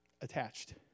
attached